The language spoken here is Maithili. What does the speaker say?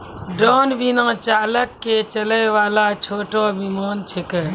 ड्रोन बिना चालक के चलै वाला छोटो विमान छेकै